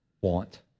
want